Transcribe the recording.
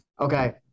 Okay